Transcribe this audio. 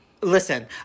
listen